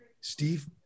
Steve